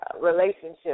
relationship